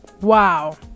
wow